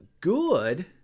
good